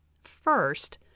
First